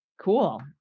cool